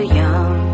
young